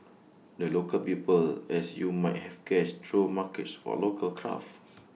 the local people as you might have guessed throw markets for local crafts